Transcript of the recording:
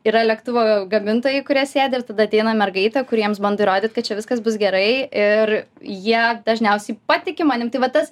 yra lėktuvo gamintojai kurie sėdi ir tada ateina mergaitė kuri jiems bando įrodyti kad čia viskas bus gerai ir jie dažniausiai patiki manim tai va tas